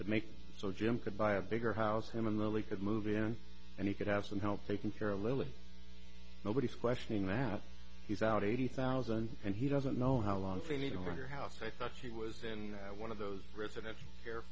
to make it so jim could buy a bigger house him and really could move in and he could have some help taking care of lily nobody's questioning that he's out eighty thousand and he doesn't know how long they need over her house i thought she was in one of those residential care